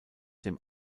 dem